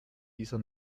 dieser